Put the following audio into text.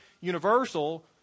universal